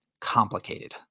complicated